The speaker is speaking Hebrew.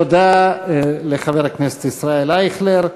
תודה לחבר הכנסת ישראל אייכלר.